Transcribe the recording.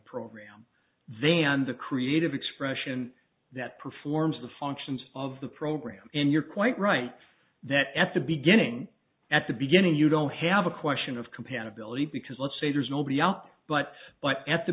program than the creative expression that performs the functions of the program and you're quite right that at the beginning at the beginning you don't have a question of compatibility because let's say there's nobody out but but at the